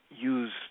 use